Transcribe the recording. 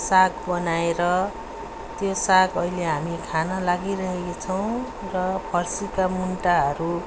साग बनाएर त्यो साग अहिले हामी खान लागिरहेछौँ र फर्सीका मुन्टाहरू